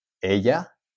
Ella